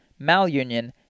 malunion